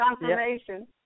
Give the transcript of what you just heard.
confirmation